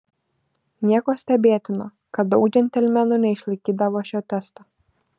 nieko stebėtino kad daug džentelmenų neišlaikydavo šio testo